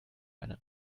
eine